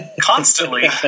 constantly